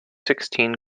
sixteen